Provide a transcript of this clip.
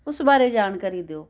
ਉਸ ਬਾਰੇ ਜਾਣਕਾਰੀ ਦਿਓ